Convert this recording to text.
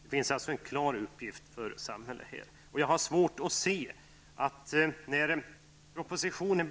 Där finns alltså en klar uppgift för samhället. Jag har svårt att se detta i propositionen.